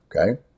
Okay